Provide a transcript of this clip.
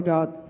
God